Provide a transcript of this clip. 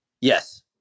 Yes